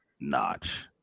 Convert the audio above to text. notch